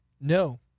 No